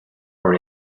for